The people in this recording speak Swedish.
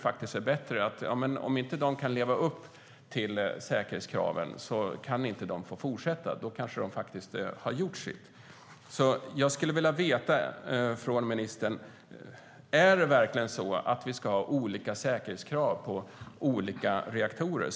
Om de inte kan leva upp till säkerhetskraven kanske det är bättre att de inte får fortsätta. Då kanske de faktiskt har gjort sitt. Är det verkligen så att vi ska ha olika säkerhetskrav på olika reaktorer, ministern?